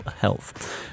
health